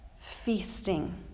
feasting